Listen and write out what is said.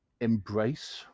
Embrace